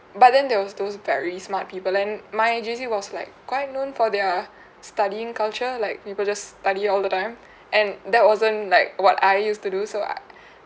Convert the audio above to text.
but then there was those very smart people and my J_C was like quite known for their studying culture like people just study all the time and that wasn't like what I used to do so I